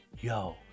Yo